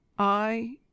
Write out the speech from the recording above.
I